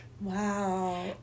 Wow